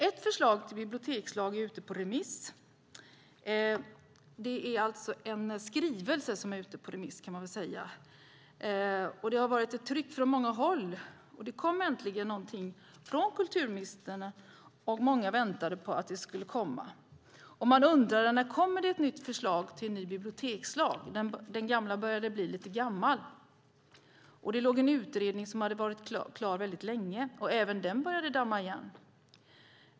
Ett förslag till bibliotekslag - en skrivelse, kan man väl säga - är ute på remiss. Det har varit ett tryck från många håll. Äntligen har någonting kommit från kulturministern, någonting som många väntat på skulle komma. Man undrade när ett förslag till en ny bibliotekslag skulle komma eftersom den gamla började bli lite för gammal. Det fanns en utredning som legat klar länge. Även den började damma igen.